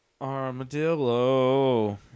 Armadillo